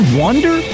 wonder